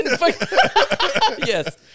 Yes